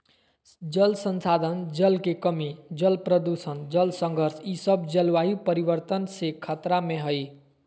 जल संसाधन, जल के कमी, जल प्रदूषण, जल संघर्ष ई सब जलवायु परिवर्तन से खतरा में हइ